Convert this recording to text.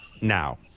now